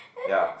ya